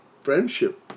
friendship